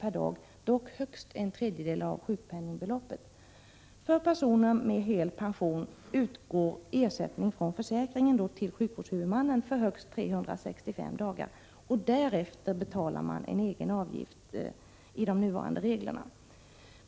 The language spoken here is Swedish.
per dag, dock högst en tredjedel av sjukpenningbeloppet. För personer med hel pension utgår då ersättning från försäkringen till sjukvårdshuvudmannen för högst 365 dagar. Därefter betalar enligt de nuvarande reglerna den försäkrade en egen avgift.